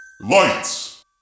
Lights